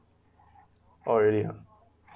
orh really uh